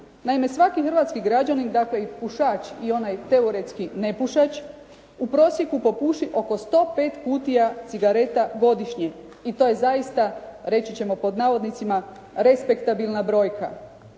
Naime svaki hrvatski građanin dakle i pušač i onaj teoretski nepušač u prosjeku popuši oko 105 kutija cigareta godišnje i to je zaista reći ćemo pod navodnicima respektabilna brojka.